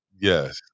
Yes